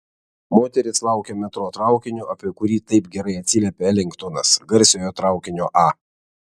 moteris laukė metro traukinio apie kurį taip gerai atsiliepė elingtonas garsiojo traukinio a